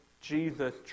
Jesus